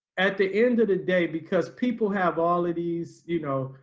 at the end of the day, because people have all of these you know,